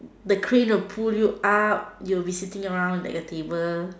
the crane will pull you up you will be sitting around like a table